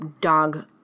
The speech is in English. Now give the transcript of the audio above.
dog